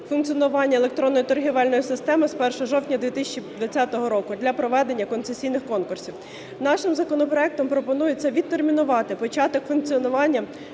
функціонування електронної торговельної системи з 1 жовтня 2020 року для проведення концесійних конкурсів. Нашим законопроектом пропонується відтермінувати початок функціонування